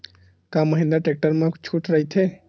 का महिंद्रा टेक्टर मा छुट राइथे?